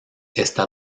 está